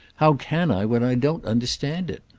how can i when i don't understand it?